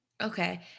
Okay